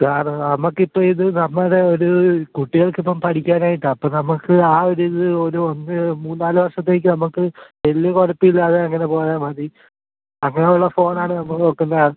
കാരണം നമുക്ക് അതിപ്പോൾ ഇത് നമ്മുടെ ഒരു കുട്ടികൾക്കിപ്പം പഠിക്കാനായിട്ടാണ് അപ്പം നമുക്ക് ആ ഒരിത് ഒര് ഒന്ന് മൂന്നാല് വർഷത്തേക്ക് നമുക്ക് വലിയ കുഴപ്പമില്ലാതെ അങ്ങനെ പോയാൽ മതി അത്പോലുള്ള ഫോണാണ് നമ്മള് നോക്കുന്നത്